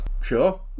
Sure